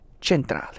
Centrale